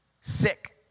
Sick